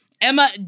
Emma